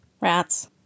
Rats